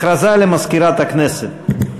הכרזה למזכירת הכנסת.